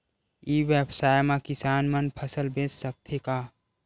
ई व्यवसाय म किसान मन फसल बेच सकथे का?